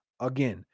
Again